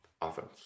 Offense